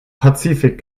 pazifik